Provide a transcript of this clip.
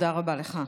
תודה רבה לך.